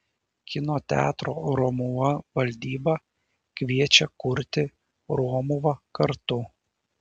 kino teatro romuva valdyba kviečia kurti romuvą kartu